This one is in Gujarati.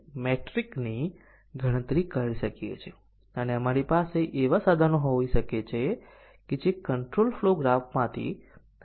અને જ્યારે એટોમિક કન્ડીશન સાચી અને ખોટી કિંમત લે છે ત્યારે અન્ય એટોમિક કન્ડીશન ની સત્ય કિંમતો અચળ રાખવામાં આવે છે